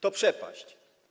To przepaść.